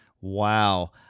Wow